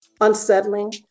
unsettling